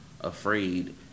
afraid